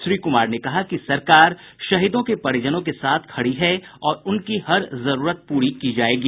श्री कुमार ने कहा कि सरकार शहीदों के परिजनों के साथ खड़ी और उनकी हर जरूरत पूरी की जायेगी